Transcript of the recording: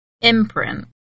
Imprint